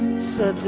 sir.